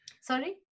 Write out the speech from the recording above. Sorry